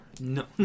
No